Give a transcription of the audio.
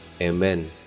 amen